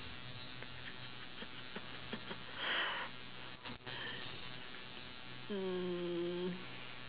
mm